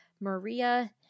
Maria